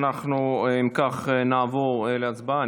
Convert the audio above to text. אם כך, נעבור להצבעה.